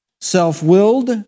self-willed